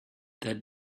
that